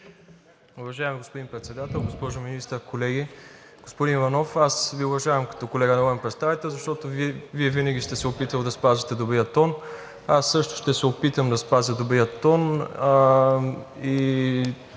Уважаеми господин Председател, госпожо Министър, колеги! Господин Иванов, аз Ви уважавам като колега народен представител, защото Вие винаги сте се опитвали да спазвате добрия тон. Аз също ще се опитам да спазя добрия тон